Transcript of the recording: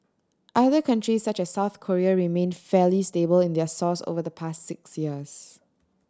other countries such as South Korea remained fairly stable in their source over the past six years